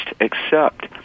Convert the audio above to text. accept